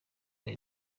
hari